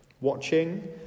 watching